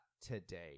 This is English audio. today